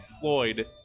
Floyd